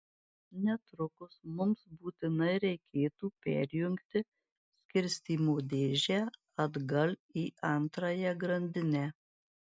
netrukus mums būtinai reikėtų perjungti skirstymo dėžę atgal į antrąją grandinę